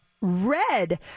Red